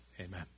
Amen